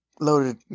loaded